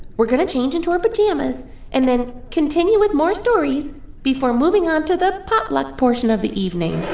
we're going to change into our pajamas and then continue with more stories before moving on to the potluck portion of the evening.